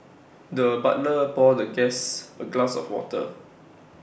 the butler poured the guest A glass of water